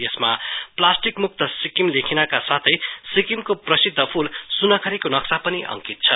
यसमा प्लास्टिक मुफ्त सिक्किम लेखिनाका साथै सिक्किमको प्रसिद्ध फूल सुनाखारीको नक्शा पनि अंकित छ